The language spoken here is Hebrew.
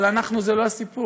אבל אנחנו זה לא הסיפור,